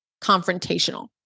confrontational